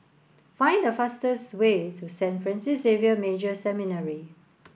find the fastest way to Saint Francis Xavier Major Seminary